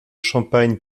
champagne